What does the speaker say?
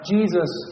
Jesus